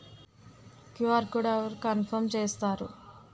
QR code అవరు confirm చేస్తారు?